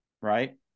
right